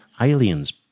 aliens